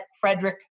Frederick